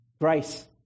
Grace